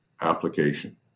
application